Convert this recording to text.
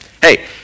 hey